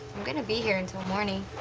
going to be here until morning.